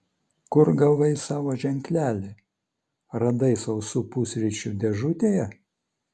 kur gavai savo ženklelį radai sausų pusryčių dėžutėje